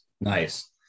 Nice